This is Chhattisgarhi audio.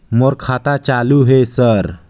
मोर खाता चालु हे सर?